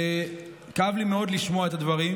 כאב לי מאוד לשמוע את הדברים,